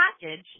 package